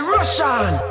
Russian